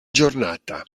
giornata